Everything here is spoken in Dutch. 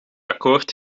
akkoord